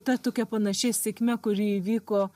ta tokia panašia sėkme kuri įvyko